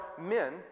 men